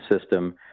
system